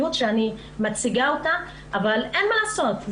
האמיתי שבו אני מציגה אותה אבל אין מה לעשות,